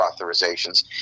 authorizations